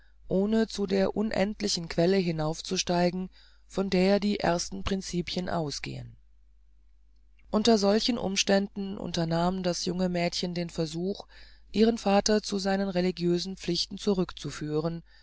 ohne zu der unendlichen quelle hinaufzusteigen von der die ersten principien ausgehen unter solchen umständen unternahm das junge mädchen den versuch ihren vater zu seinen religiösen pflichten zurück